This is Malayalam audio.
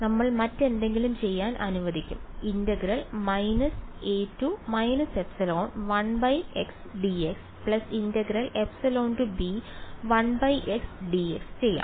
നമ്മൾ മറ്റെന്തെങ്കിലും ചെയ്യാൻ അനുവദിക്കും ചെയ്യാം